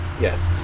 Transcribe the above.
Yes